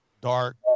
dark